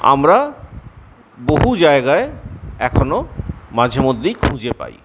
আমরা বহু জায়গায় এখনো মাঝে মধ্যেই খুঁজে পাই